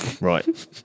Right